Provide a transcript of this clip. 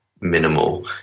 minimal